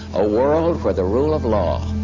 a world where the rule of law,